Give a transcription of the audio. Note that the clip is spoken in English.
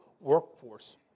workforce